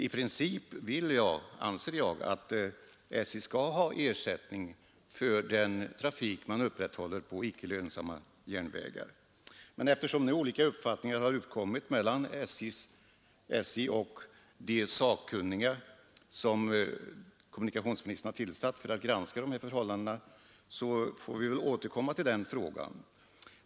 I princip anser jag att SJ skall ha ersättning för den trafik som upprätthålls på icke lönsamma järnvägar. Men eftersom olika uppfattningar har uppkommit mellan SJ och de sakkunniga, som kommunikationsministern har tillsatt för att granska de här förhållandena, så får vi väl återkomma till den frågan.